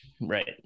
Right